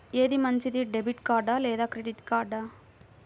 ఏది మంచిది, debit card లేదా క్రెడిట్ కార్డ్?